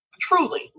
Truly